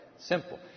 Simple